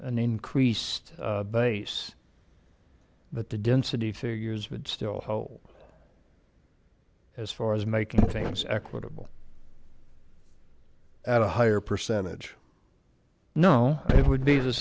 an increased base but the density figures would still hold as far as making things equitable at a higher percentage no it would be the